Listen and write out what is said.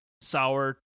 sour